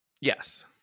Yes